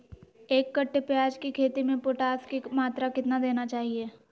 एक कट्टे प्याज की खेती में पोटास की मात्रा कितना देना चाहिए?